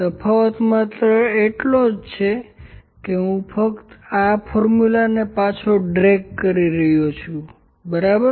તફાવત માત્ર એટલો જ કે હું ફક્ત આ ફોર્મ્યુલાને પાછો ડ્રેગ કરી રહ્યો છું બરાબર